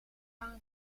hangt